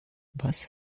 was